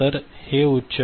तर हे उच्च आहे